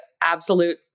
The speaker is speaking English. absolute